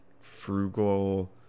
frugal